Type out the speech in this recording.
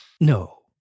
No